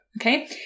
okay